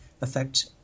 affect